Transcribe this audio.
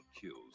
kills